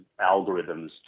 algorithms